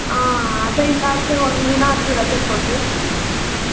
ಆ ಅದೆ ಇಲ್ಲಾದ್ರೆ ಒಂದು ದಿನ ಆದರೂ ರಜೆ ಕೊಡ್ರಿ